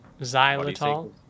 xylitol